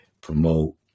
promote